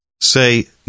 say